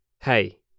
hey